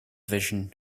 vision